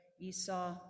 Esau